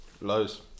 Lows